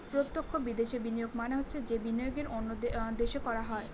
প্রত্যক্ষ বিদেশে বিনিয়োগ মানে হচ্ছে যে বিনিয়োগ অন্য দেশে করা হয়